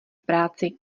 práci